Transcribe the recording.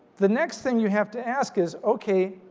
the next thing you have to ask is okay,